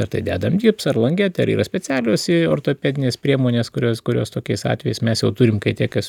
ar tai dedam gipsą ar langetę ar yra specialios ortopedinės priemonės kurios kurios tokiais atvejais mes jau turim kai tie kas